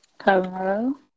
Hello